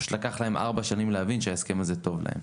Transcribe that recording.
פשוט מה שקרה זה שלקח להם ארבע שנים להבין שההסכם הזה טוב להם.